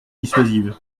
dissuasive